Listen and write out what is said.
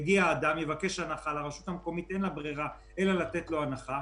אדם יבקש הנחה לרשות המקומית אין ברירה אלא לתת לו הנחה,